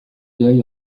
deuil